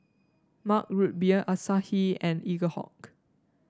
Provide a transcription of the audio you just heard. Mug Root Beer Asahi and Eaglehawk